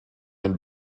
and